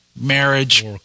marriage